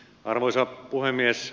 arvoisa puhemies